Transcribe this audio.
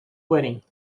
weddings